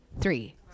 three